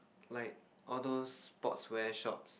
like all those sportswear shops